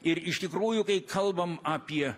ir iš tikrųjų kai kalbam apie